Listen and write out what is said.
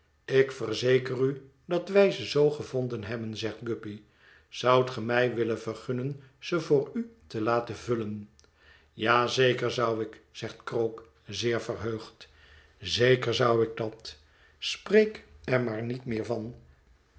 ik verzeker u dat wij ze zoo gevonden hebben zegt guppy zoudt ge mij willen vergunnen ze voor u te laten vullen ja zeker zou ik zegt krook zeer verheugd zeker zou ik dat spreek er maar niet meer van